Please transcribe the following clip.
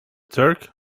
turk